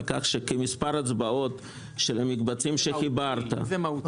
על כך שכמספר הצבעות של המקבצים שחיברת- -- אם זה מהותי.